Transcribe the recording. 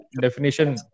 definition